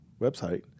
website